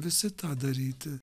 visi tą daryti